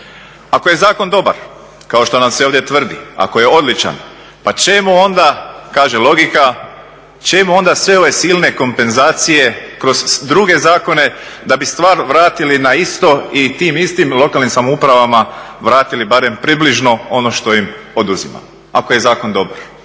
Ako je zakon dobar, kao što nam se ovdje tvrdi, ako je odličan pa čemu onda, kaže logika, čemu onda sve ove silne kompenzacije kroz druge zakone da bi stvar vratili na isto i tim istim lokalnim samoupravama vratili barem približno ono što im oduzimamo ako je zakon dobar?